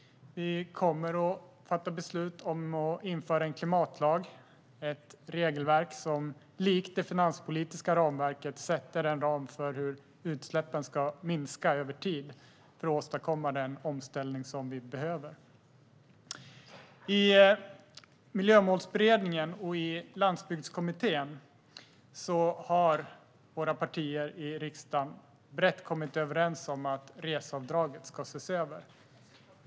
Vi kommer att fatta beslut om att införa en klimatlag. Det är ett regelverk som likt det finanspolitiska ramverket sätter en ram för hur utsläppen ska minska över tid för att åstadkomma den omställning som vi behöver. I Miljömålsberedningen och i Landsbygdskommittén har våra partier i riksdagen brett kommit överens om att reseavdraget ska ses över.